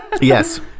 Yes